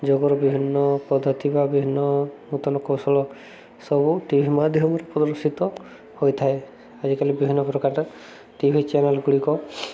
ଯୋଗରୁ ବିଭିନ୍ନ ପଦ୍ଧତି ବା ବିଭିନ୍ନ ନୂତନ କୌଶଳ ସବୁ ଟି ଭି ମାଧ୍ୟମରେ ପ୍ରଦର୍ଶିତ ହୋଇଥାଏ ଆଜିକାଲି ବିଭିନ୍ନ ପ୍ରକାରର ଟି ଭି ଚ୍ୟାନେଲ୍ ଗୁଡ଼ିକ